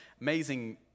amazing